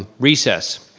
ah recess.